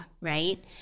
Right